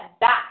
back